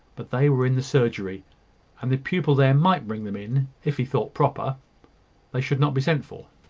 but they were in the surgery and the pupil there might bring them in, if he thought proper they should not be sent for.